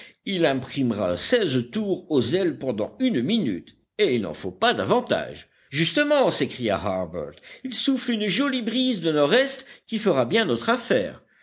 il imprimera seize tours aux ailes pendant une minute et il n'en faut pas davantage justement s'écria harbert il souffle une jolie brise de nordest qui fera bien notre affaire